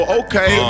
okay